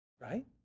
Right